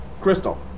Crystal